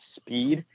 speed